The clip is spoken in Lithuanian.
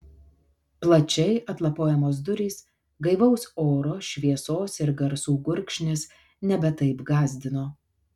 plačiai atlapojamos durys gaivaus oro šviesos ir garsų gurkšnis nebe taip gąsdino